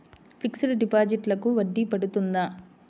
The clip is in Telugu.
ఫిక్సడ్ డిపాజిట్లకు వడ్డీ పడుతుందా?